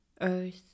Earth